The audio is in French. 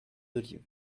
d’olive